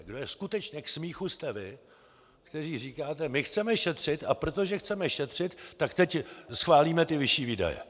Kdo je skutečně k smíchu, jste vy, kteří říkáte: My chceme šetřit, a protože chceme šetřit, tak teď schválíme ty vyšší výdaje.